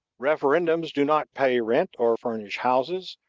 referendums do not pay rent or furnish houses,